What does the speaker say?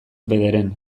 bederen